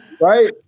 Right